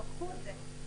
מחקו את זה,